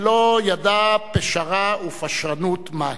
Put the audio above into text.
שלא ידע פשרה ופשרנות מהן.